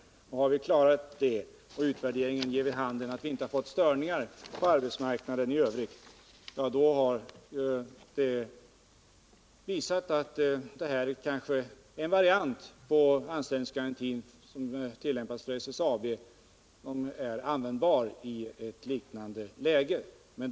När vi har klarat det och utvärderingen ger vid handen att vi inte fått störningar på arbetsmarknaden i övrigt, ja, då har vi kanske här hittat en variant på anställningsgarantin som kan vara användbar i ett liknande läge. Fru talman!